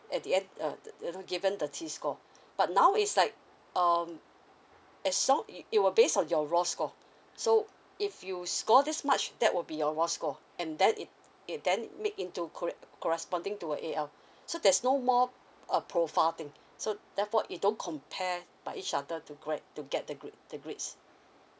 at the end uh you know given the T score but now is like um as long it will based on your raw score so if you score this much that will be your raw score and then it it then make into corresponding to a A_L so there's no more a profile thing so therefore it don't compare by each other to grade to get the grade the grades